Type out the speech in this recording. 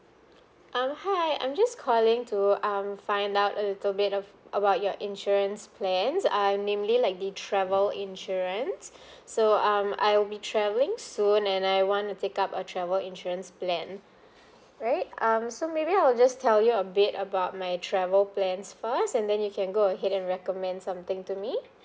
um hi I'm just calling to um find out a little bit of about your insurance plans I mainly like the travel insurance so um I will be travelling soon and I want to take up a travel insurance plan right um so maybe I will just tell you a bit about my travel plans first and then you can go ahead and recommend something to me